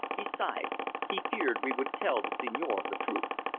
besides, he feared we would tell the signore the truth.